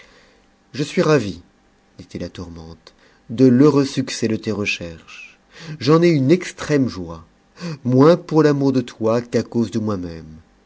je suis ravi dit-il à tourmente de l'heureux succès de tes recherches j'en ai une extrême joie moins pour f'amour de toi qu'à cause de moi-même